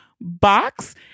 box